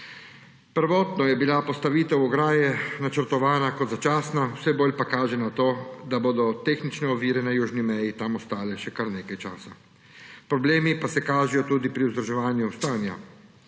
Prvotno je bila postavitev ograje načrtovana kot začasna, vse bolj pa kaže na to, da bodo tehnične ovire na južni meji tam ostale še kar nekaj časa. Problemi pa se kažejo tudi pri vzdrževanju stanja.